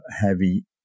heavy